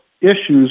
issues